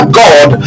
god